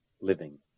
living